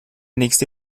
nächste